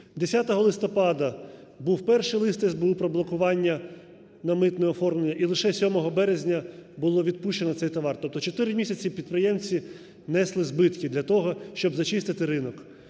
10 листопада був перший листопад СБУ про блокування на митне оформлення. І лише 7 березня було відпущено цей товар. Тобто 4 місяці підприємці несли збитки для того, щоб зачистити ринок.